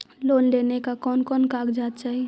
Loan लेने ला कोन कोन कागजात चाही?